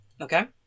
Okay